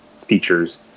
features